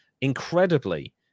incredibly